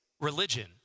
religion